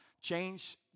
Change